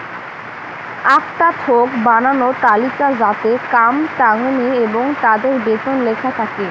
আকটা থোক বানানো তালিকা যাতে কাম তাঙনি এবং তাদের বেতন লেখা থাকি